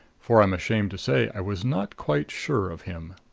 for i'm ashamed to say i was not quite sure of him.